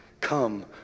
Come